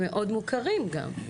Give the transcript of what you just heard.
מאוד מוכרים גם.